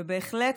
ובהחלט,